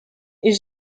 est